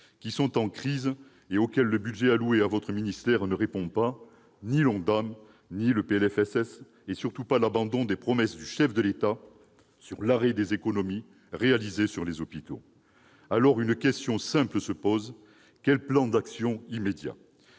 qui sont en crise. Le budget alloué à votre ministère ne répond pas à ces problèmes, non plus que l'ONDAM ou le PLFSS et surtout pas l'abandon des promesses du chef de l'État sur l'arrêt des économies réalisées sur les hôpitaux. Dès lors, une question simple se pose : quel plan d'action immédiat ?